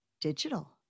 digital